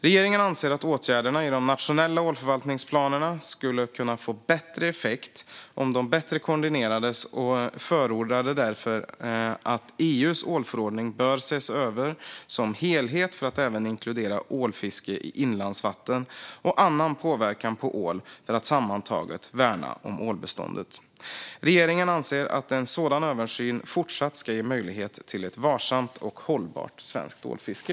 Regeringen anser att åtgärderna i de nationella ålförvaltningsplanerna skulle kunna få bättre effekt om de koordinerades bättre. Vi förordade därför att EU:s ålförordning som helhet bör ses över för att även inkludera ålfiske i inlandsvatten och annan påverkan på ål för att sammantaget värna om ålbeståndet. Regeringen anser att en sådan översyn fortsatt ska ge möjlighet till ett varsamt och hållbart svenskt ålfiske.